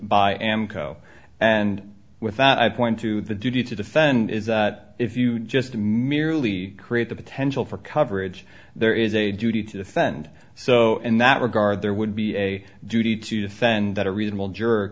co and with that i point to the duty to defend is that if you just merely create the potential for coverage there is a duty to defend so in that regard there would be a duty to defend that a reasonable j